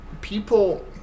people